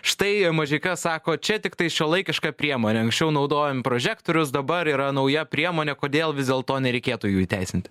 štai mažeika sako čia tiktai šiuolaikiška priemonė anksčiau naudojom prožektorius dabar yra nauja priemonė kodėl vis dėlto nereikėtų jų įteisinti